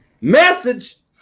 Message